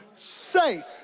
say